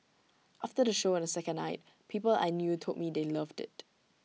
after the show on the second night people I knew told me they loved IT